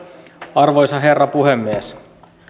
arvoisa herra puhemies